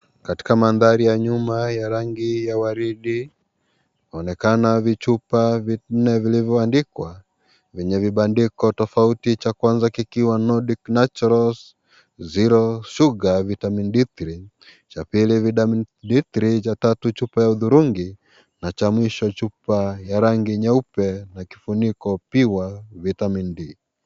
Katika maandhari ya nyuma ya rangi ya waridi, panaonekana vichupa vinne vilivyoandikwa kwenye vibandiko tofauti, cha Kwanza kikiwa Nordic naturals, zero sugar, Vitamin D3, cha pili vitamin D3 , cha tatu chupa ya hudhurungi na cha mwisho chupa ya rangi nyeupe na kifuniko " Pure Vitamin D ".